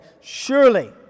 surely